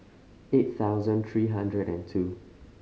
eight thousand three hundred and two